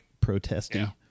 protesting